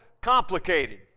complicated